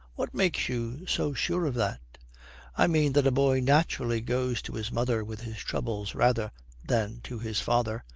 what makes you so sure of that i mean that a boy naturally goes to his mother with his troubles rather than to his father.